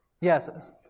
Yes